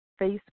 Facebook